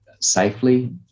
safely